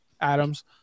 Adams